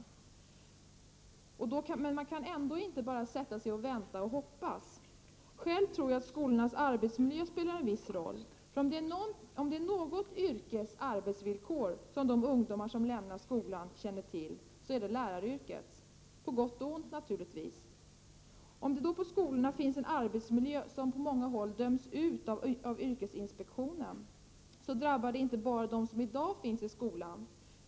Men man kan ändå inte bara sätta sig och vänta och hoppas. Själv tror jag att skolornas arbetsmiljö spelar en viss roll. Om det är något yrkes arbetsvillkor som de ungdomar som lämnar skolan känner till är det läraryrkets — på gott och ont naturligtvis. Om det då på skolorna finns en arbetsmiljö som på många håll döms ut av yrkesinspektionen, drabbar det inte bara dem som i dag finns i skolan.